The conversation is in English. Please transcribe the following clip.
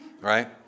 right